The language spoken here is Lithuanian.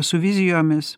su vizijomis